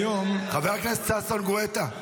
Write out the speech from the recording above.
כיום --- חבר הכנסת ששון גואטה.